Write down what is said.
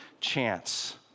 chance